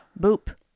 Boop